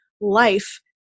life